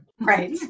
right